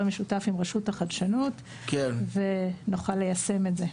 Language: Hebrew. משותף עם רשות החדשנות ונוכל ליישם את זה.